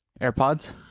AirPods